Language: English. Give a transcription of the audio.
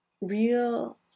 Real